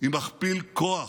היא מכפיל כוח.